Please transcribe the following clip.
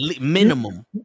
minimum